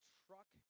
truck